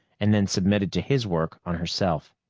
and then submitted to his work on herself.